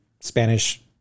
Spanish